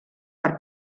per